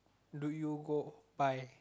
do you go buy